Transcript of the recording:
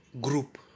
group